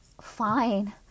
fine